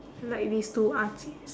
I like these two artiste